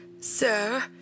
sir